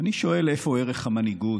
אני שואל איפה ערך המנהיגות,